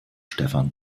stefan